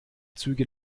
züge